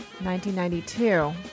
1992